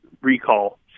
recall